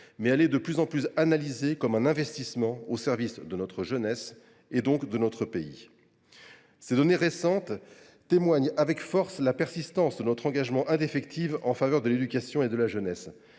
; elle est de plus en plus analysée comme un investissement au service de notre jeunesse et de notre pays. Ces données récentes témoignent nettement de la persistance de notre engagement indéfectible en faveur de l’éducation et de la jeunesse.